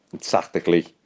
tactically